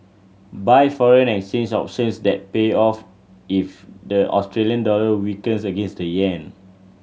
buy foreign exchange options that pay off if the Australian dollar weakens against the yen